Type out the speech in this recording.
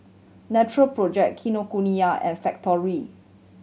Natural Project Kinokuniya and Factorie